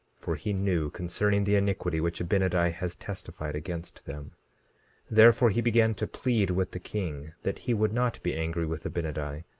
for he knew concerning the iniquity which abinadi has testified against them therefore he began to plead with the king that he would not be angry with abinadi,